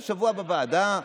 השבוע בוועדה,